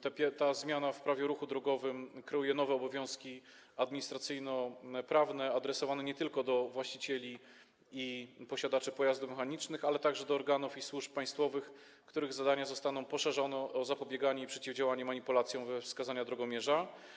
Ta zmiana kreuje nowe obowiązki administracyjno-prawne, adresowane nie tylko do właścicieli i posiadaczy pojazdów mechanicznych, ale także do organów i służb państwowych, których zadania zostaną poszerzone o zapobieganie i przeciwdziałanie manipulacjom we wskazania drogomierza.